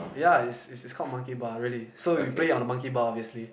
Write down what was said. ya is is called monkey bar really so we play on the monkey bar obviously